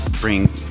bring